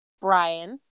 Brian